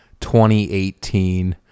2018